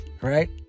right